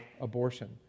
abortion